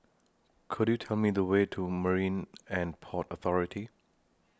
Could YOU Tell Me The Way to Marine and Port Authority